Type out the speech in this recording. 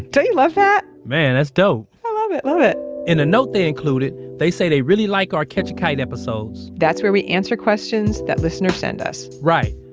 don't you love that? man, that's dope i love it. love it in a note they included, they say they really like our catch a kite episodes that's where we answer questions that listeners send us right.